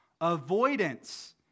Avoidance